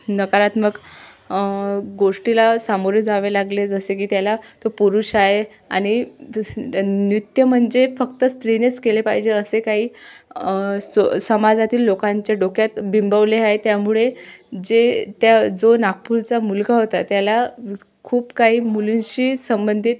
नकारात्मक गोष्टीला सामोरे जावे लागले जसे की त्याला तो पुरुष आहे आणि नृत्य म्हणजे फक्त स्त्रीनेच केले पाहिजे असे काही सो समाजातील लोकांच्या डोक्यात बिंबवले आहे त्यामुळे जे त्या जो नागपूरचा मुलगा होता त्याला खूप काही मुलींशी संबंधित